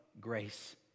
grace